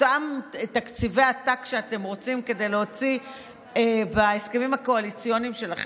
אותם תקציבי עתק שאתם רוצים כדי להוציא בהסכמים הקואליציוניים שלכם,